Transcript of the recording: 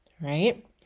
right